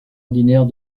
ordinaires